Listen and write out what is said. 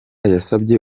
yasabye